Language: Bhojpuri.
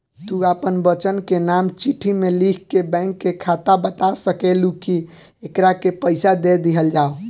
तू आपन बच्चन के नाम चिट्ठी मे लिख के बैंक के बाता सकेलू, कि एकरा के पइसा दे दिहल जाव